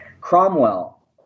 Cromwell